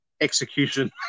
Execution